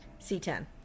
C10